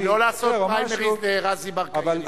חברים, לא לעשות פריימריז לרזי ברקאי.